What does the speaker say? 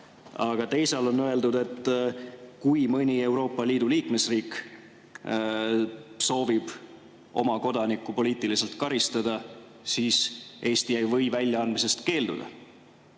Aga teisal on öeldud, et kui mõni Euroopa Liidu liikmesriik soovib oma kodanikku poliitiliselt karistada, siis Eesti ei või väljaandmisest keelduda.